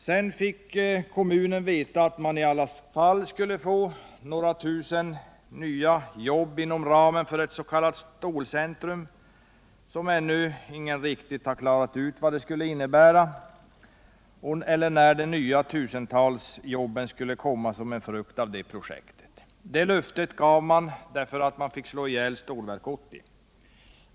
Sedan fick kommunen veta att man i alla fall skulle få några tusen nya jobb inom ramen för ett s.k. stålcentrum. Men ännu har ingen riktigt klarat ut vad det skall innebära och när de tusentals nya jobben skall komma som en frukt av det projektet. Det löftet gav man därför att man fick slå ihjäl Stålverk 80.